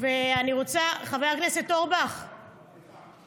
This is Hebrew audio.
ואני רוצה, חבר הכנסת אורבך, סליחה.